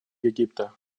египта